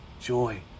joy